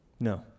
No